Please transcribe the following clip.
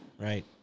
Right